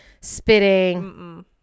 spitting